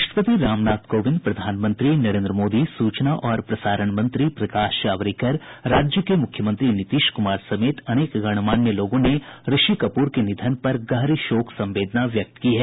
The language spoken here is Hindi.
राष्ट्रपति रामनाथ कोविंद प्रधानमंत्री नरेन्द्र मोदी सूचना और प्रसारण मंत्री प्रकाश जावड़ेकर राज्य के मुख्यमंत्री नीतीश कुमार समेत अनेक गणमान्य लोगों ने उनके निधन पर गहरी शोक संवेदना व्यक्त की है